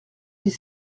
dix